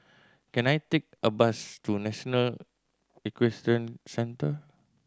can I take a bus to National Equestrian Centre